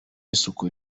isuku